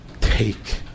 take